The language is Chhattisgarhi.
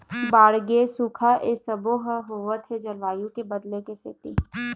बाड़गे, सुखा ए सबो ह होवत हे जलवायु के बदले के सेती